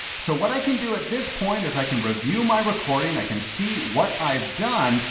so what i can do at this point is, i can review my recording. i can see what i've done,